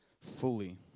fully